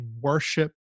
worship